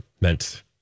meant